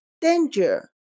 danger